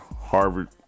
harvard